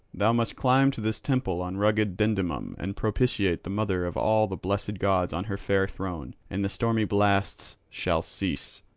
thou must climb to this temple on rugged dindymum and propitiate the mother of all the blessed gods on her fair throne, and the stormy blasts shall cease.